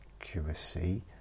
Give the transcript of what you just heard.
accuracy